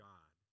God